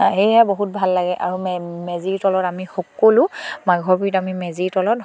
সেয়েহে বহুত ভাল লাগে আৰু মেজিৰ তলত আমি সকলো মাঘৰ বিহুত আমি মেজিৰ তলত